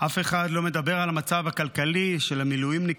אף אחד לא מדבר על המצב הכלכלי של המילואימניקים,